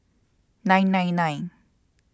nine nine nine